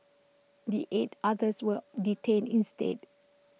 the eight others were detained instead